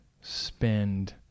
spend